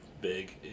big